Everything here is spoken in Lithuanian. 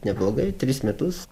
neblogai tris metus